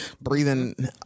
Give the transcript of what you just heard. breathing